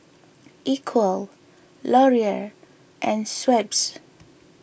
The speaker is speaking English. Equal Laurier and Schweppes